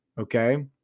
okay